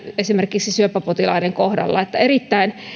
esimerkiksi syöpäpotilaiden kohdalla erittäin